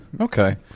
Okay